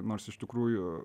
nors iš tikrųjų